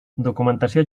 documentació